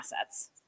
assets